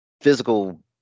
physical